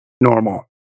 normal